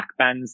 backbends